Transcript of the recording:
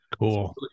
cool